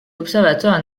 observateurs